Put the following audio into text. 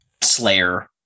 Slayer